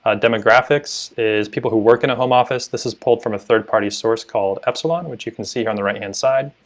ah demographics is people who work in a home office, this is pulled from a third party source called epsilon which you can see here on the right-hand side,